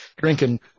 drinking